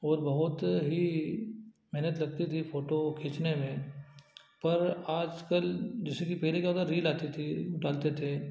और बहुत ही मेहनत लगती थी फोटो खींचने में पर आजकल जैसे कि पहले क्या होता रील आती थी डालते थे